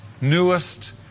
newest